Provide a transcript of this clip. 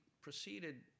proceeded